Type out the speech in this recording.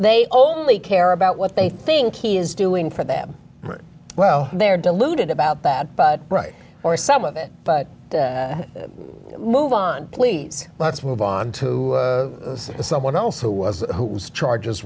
they only care about what they think he is doing for them well they're deluded about that right or some of it but move on please let's move on to someone else who was who charges